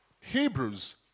Hebrews